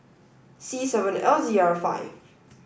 c seven L Z R five